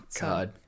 god